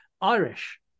Irish